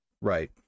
Right